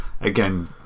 Again